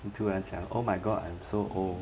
你突然想 oh my god I'm so old